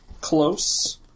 close